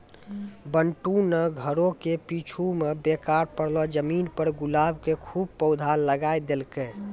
बंटू नॅ घरो के पीछूं मॅ बेकार पड़लो जमीन पर गुलाब के खूब पौधा लगाय देलकै